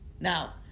Now